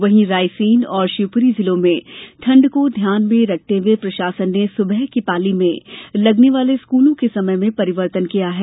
वहीं रायसेन और शिवपुरी जिलों में ठंड को ध्यान में रखते हुये प्रशासन ने सुबह की पाली में लगने वाले स्कूलों के समय में परिर्वतन किया है